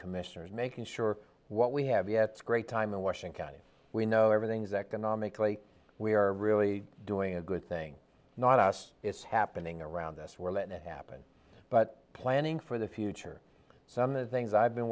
commissioner is making sure what we have yet great time in washington d c we know everything's economically we are really doing a good thing not us it's happening around us we're letting it happen but planning for the future some the things i've been